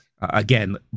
Again